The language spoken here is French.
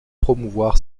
promouvoir